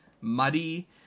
muddy